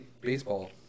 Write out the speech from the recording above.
baseball